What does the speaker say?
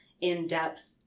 in-depth